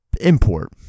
import